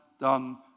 done